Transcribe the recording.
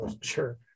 Sure